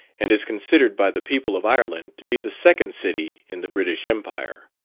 and is considered by the people of ireland to be the second city in the british empire.